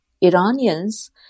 Iranians